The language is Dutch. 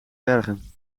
bergen